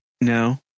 No